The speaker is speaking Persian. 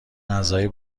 اعضای